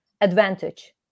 advantage